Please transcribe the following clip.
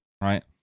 right